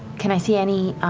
can i see any